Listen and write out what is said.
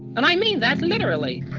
and i mean that literally